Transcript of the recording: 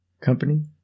company